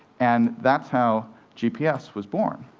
and that's how gps was born